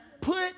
put